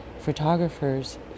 photographers